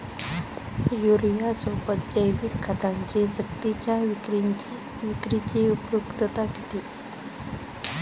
युरियासोबत जैविक खतांची सक्तीच्या विक्रीची उपयुक्तता किती?